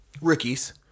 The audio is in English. Rookies